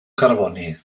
carboni